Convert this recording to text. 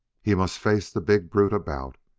he must face the big brute about,